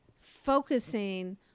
focusing